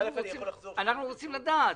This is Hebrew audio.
אנחנו רוצים לדעת.